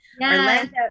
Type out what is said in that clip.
Orlando